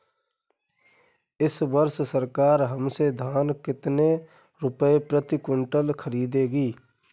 इस वर्ष सरकार हमसे धान कितने रुपए प्रति क्विंटल खरीदेगी?